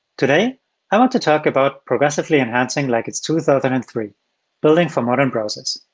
today i want to talk about progressively enhancing like it's two thousand and three building for modern browsers.